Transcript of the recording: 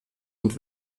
und